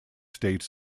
state